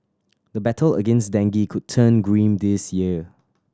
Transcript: the battle against dengue could turn grim this year